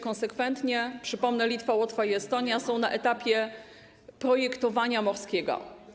konsekwentnie, a przypomnę, Litwa, Łotwa i Estonia są na etapie projektowania morskiego.